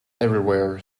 everywhere